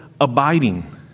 abiding